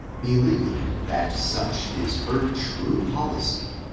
believing that such is her true policy,